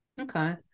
Okay